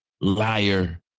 liar